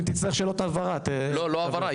אם תרצה שאלות הבהרה --- לא הבהרה.